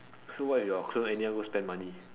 so what if your clone anyhow go spend money